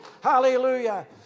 Hallelujah